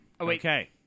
Okay